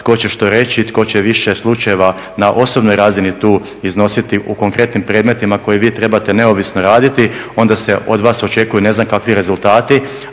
tko će što reći, tko će više slučajeva na osobnoj razini iznositi u konkretnim predmetima koje vi trebate neovisno raditi, onda se od vas očekuju ne znam kakvi rezultati,